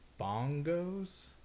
bongos